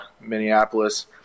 minneapolis